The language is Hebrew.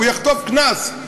הוא יחטוף קנס,